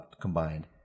combined